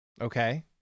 Okay